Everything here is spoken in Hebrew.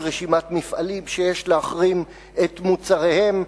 רשימת מפעלים שיש להחרים את מוצריהם.